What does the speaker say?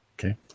Okay